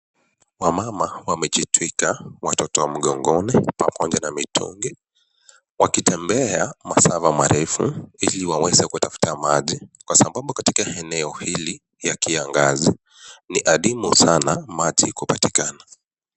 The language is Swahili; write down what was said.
wamama wamejitwika watoto mgongoni pamoja na mitungi wakitembea masafa marefu ili waweze kutafuta maji kwa sababu katika eneo hili ya kiangazi, ni adimu sana maji kupatikana.